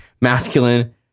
masculine